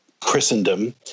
Christendom